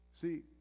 See